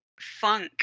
funk